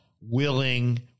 willing